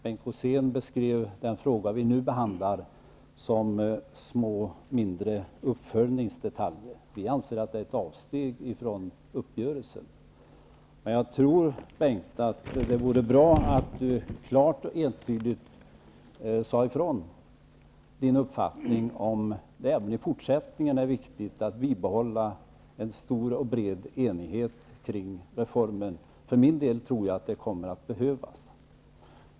Bengt Rosén beskrev den fråga vi nu behandlar som mindre uppföljningsdetaljer. Vi anser att det är ett avsteg från uppgörelsen. Det vore bra om Bengt Rosén klart och entydigt deklarerade sin uppfattning om det även i fortsättningen är viktigt att bibehålla en stor och bred enighet kring reformen. För min del tror jag att det kommer att behövas.